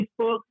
Facebook